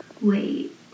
wait